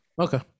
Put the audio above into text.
Okay